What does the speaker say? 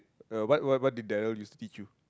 the what what what did Daryl used to you